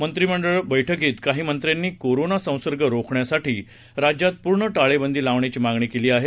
मंत्रीमंडळ बस्कीत काही मंत्र्यांनी कोरोना संसर्ग रोखण्यासाठी राज्यात पूर्ण टाळेबंदी लावण्याची मागणी केली आहे